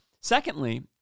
Secondly